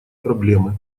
проблемы